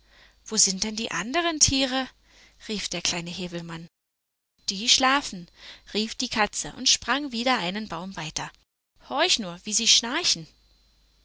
wo sind denn die andem tiere rief der kleine häwelmann hinauf die schlafen rief die kleine katze herunter und sprang wieder einen baum weiter horch nur wie sie schnarchen